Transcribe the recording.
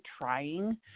trying